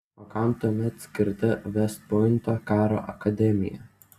o kam tuomet skirta vest pointo karo akademija